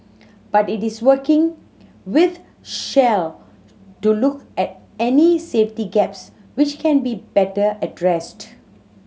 but it is working with Shell to look at any safety gaps which can be better addressed